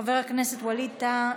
חבר הכנסת ווליד טאהא,